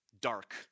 dark